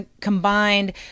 combined